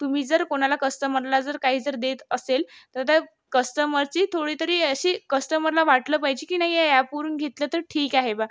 तुम्ही जर कोणाला कस्तमरला जर काही जर देत असेल तर त्या कस्तमरची थोडीतरी अशी कस्टमरला वाटलं पाहिजे की नाही या अॅपवरून घेतलं तर ठीक आहे बा